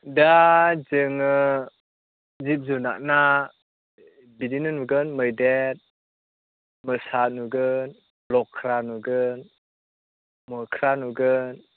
दा जोङो जिब जुनारना बिदिनो नुगोन मैदेर मोसा नुगोन लख्रा नुगोन मोख्रा नुगोन